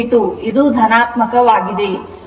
9232 ಇದು ಧನಾತ್ಮಕವಾಗಿದೆ